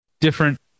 different